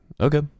Okay